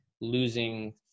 losing